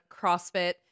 CrossFit